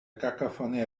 cacophony